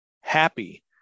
happy